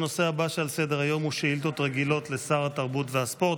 הנושא הבא שעל סדר-היום הוא שאילתות רגילות לשר התרבות והספורט.